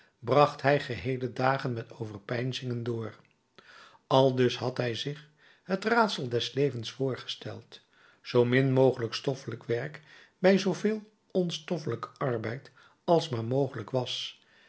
bracht hij geheele dagen met overpeinzingen door aldus had hij zich het raadsel des levens voorgesteld zoo min mogelijk stoffelijk werk bij zooveel onstoffelijken arbeid als maar mogelijk was